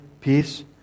peace